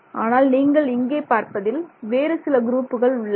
ஆனால் நீங்கள் இங்கே பார்ப்பதில் வேறு சில குரூப்புகள் உள்ளன